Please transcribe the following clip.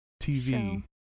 TV